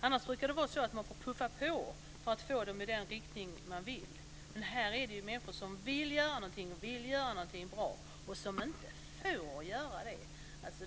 Det brukar annars vara så att man får puffa på för att få resurserna i den riktning man vill, men här gäller det människor som vill göra någonting och som vill göra någonting bra, men som inte får göra det.